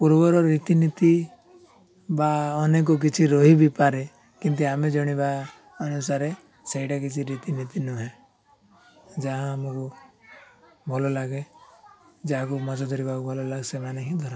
ପୂର୍ବର ରୀତିନୀତି ବା ଅନେକ କିଛି ରହି ବି ପାରେ କିନ୍ତୁ ଆମେ ଜାଣିବା ଅନୁସାରେ ସେଇଟା କିଛି ରୀତିନୀତି ନୁହେଁ ଯାହା ଆମକୁ ଭଲ ଲାଗେ ଯାହାକୁ ମାଛ ଧରିବାକୁ ଭଲ ଲାଗେ ସେମାନେ ହିଁ ଧରନ୍ତି